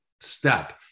step